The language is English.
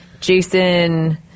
Jason